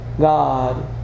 God